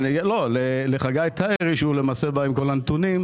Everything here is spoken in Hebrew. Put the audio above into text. לא לחגי טיירי שהוא למעשה בא עם כל הנתונים,